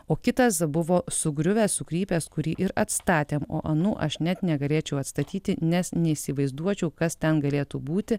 o kitas buvo sugriuvęs sukrypęs kurį ir atstatėm o anų aš net negalėčiau atstatyti nes neįsivaizduočiau kas ten galėtų būti